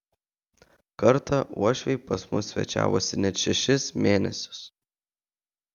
kartą uošviai pas mus svečiavosi net šešis mėnesius